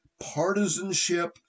partisanship